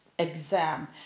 Exam